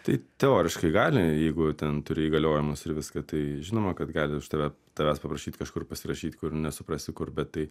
tai teoriškai gali jeigu ten turi įgaliojimus ir viską tai žinoma kad gali už tave tavęs paprašyt kažkur pasirašyt kur nesuprasi kur bet tai